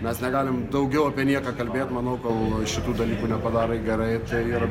mes negalim daugiau apie nieką kalbėt manau kol šitų dalykų nepadarai gerai tai yra